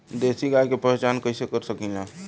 देशी गाय के पहचान कइसे कर सकीला?